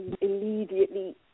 immediately